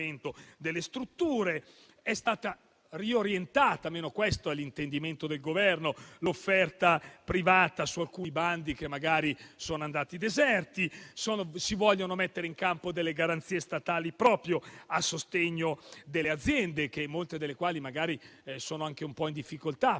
delle strutture. È stata riorientata - almeno questo è l'intendimento del Governo - l'offerta privata su alcuni bandi che magari sono andati deserti. Si vogliono mettere in campo delle garanzie statali proprio a sostegno delle aziende, molte delle quali magari sono anche un po' in difficoltà